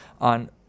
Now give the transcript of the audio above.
on